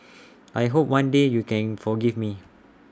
I hope one day you can forgive me